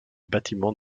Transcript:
bâtiments